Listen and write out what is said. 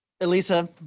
Elisa